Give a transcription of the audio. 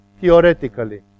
theoretically